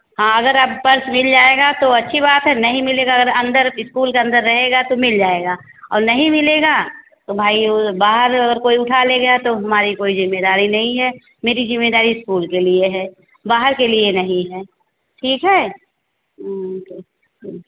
हाँ अगर आप पर्स मिल जाएगा तो अच्छी बात है नहीं मिलेगा अगर अंदर इस्कूल के अंदर रहेगा तो मिल जाएगा और नहीं मिलेगा तो भाई वह बाहर अगर कोई उठा ले गया तो हमारी कोई ज़िम्मेदारी नहीं है मेरी ज़िम्मेदारी इस्कूल के लिए है बाहर के लिए नहीं है ठीक है